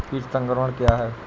कीट संक्रमण क्या है?